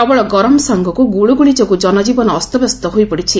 ପ୍ରବଳ ଗରମ ସାଙ୍ଗକୁ ଗୁଳୁଗୁଳି ଯୋଗୁଁ ଜନଜୀବନ ଅସ୍ତବ୍ୟସ୍ତ ହୋଇପଡ଼ିଛି